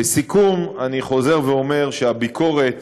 לסיכום, אני חוזר ואומר שהביקורת